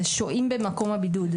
זה שוהים במקום הבידוד,